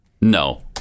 No